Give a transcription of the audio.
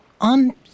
on